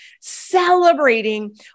celebrating